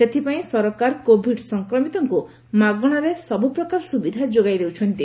ସେଥପାଇଁ ସରକାର କୋଭିଡ୍ ସଂକ୍ରମିତଙ୍କୁ ମାଗଶାରେ ସବୁପ୍ରକାର ସୁବିଧା ଯୋଗାଇ ଦେଉଛନ୍ତି